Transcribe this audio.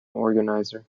organiser